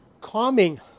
calming